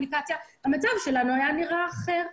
המצב שלנו היה נראה אחר.